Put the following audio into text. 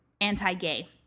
anti-gay